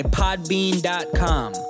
podbean.com